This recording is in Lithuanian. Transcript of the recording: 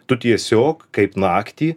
tu tiesiog kaip naktį